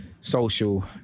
social